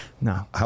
No